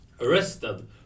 arrested